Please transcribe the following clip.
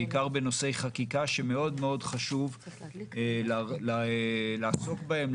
בעיקר בנושאי חקיקה שחשוב מאוד לעסוק בהם,